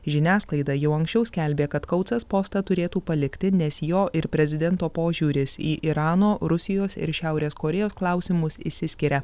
žiniasklaida jau anksčiau skelbė kad koutsas postą turėtų palikti nes jo ir prezidento požiūris į irano rusijos ir šiaurės korėjos klausimus išsiskiria